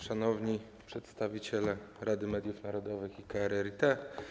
Szanowni Przedstawiciele Rady Mediów Narodowych i KRRiT!